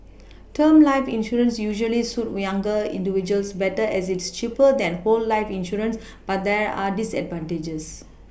term life insurance usually suit younger individuals better as it is cheaper than whole life insurance but there are disadvantages